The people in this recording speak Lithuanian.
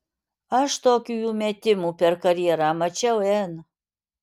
aš tokių jo metimų per karjerą mačiau n